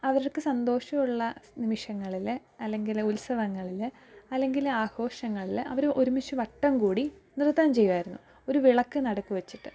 അവർക്ക് സന്തോഷൂള്ള നിമിഷങ്ങളില് അല്ലെങ്കില് ഉത്സവങ്ങളില് അല്ലെങ്കില് ആഘോഷങ്ങളില് അവര് ഒരുമിച്ച് വട്ടം കൂടി നൃത്തം ചെയ്യുവാരുന്നു ഒരു വിളക്ക് നടക്കുവച്ചിട്ട്